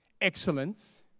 Excellence